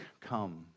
come